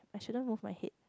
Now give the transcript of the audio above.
I shouldn't move my head